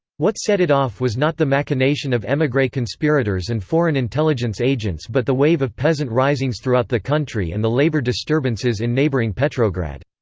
what set it off was not the machination of emigre conspirators and foreign intelligence agents but the wave of peasant risings throughout the country and the labour disturbances in neighboring petrograd.